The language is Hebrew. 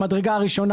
המדרגה הראשונה,